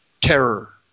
terror